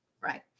Right